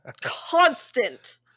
Constant